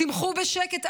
תמחו בשקט,